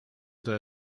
der